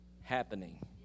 happening